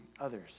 others